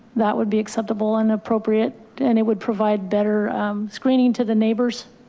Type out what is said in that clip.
that would be acceptable and appropriate and it would provide better screening to the neighbors.